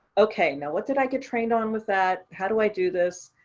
okay, now, what did i get trained on with that? how do i do this?